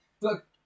Look